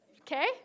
okay